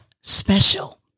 special